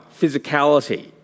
physicality